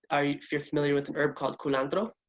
are you're familiar with an herb called culantro?